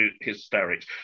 hysterics